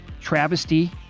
travesty